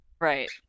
Right